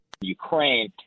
Ukraine